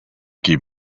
keep